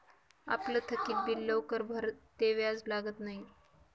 आपलं थकीत बिल लवकर भरं ते व्याज लागत न्हयी